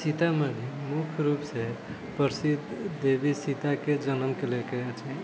सीतामढ़ी मुख्य रुपसँ प्रसिद्ध देवी सीताके जन्मके लयके छै